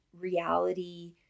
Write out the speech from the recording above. reality